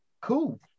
cool